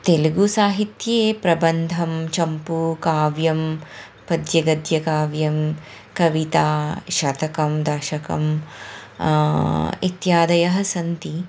तेलुगु साहित्ये प्रबन्धं चम्पूकाव्यं पद्यगद्यकाव्यं कविता शतकं दाशकम् इत्यादयः सन्ति